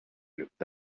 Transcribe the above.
looked